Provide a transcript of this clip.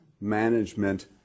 management